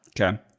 Okay